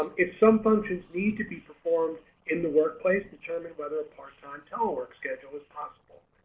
um if some functions need to be performed in the workplace determine whether a part on telework schedule is possible.